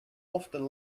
often